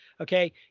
Okay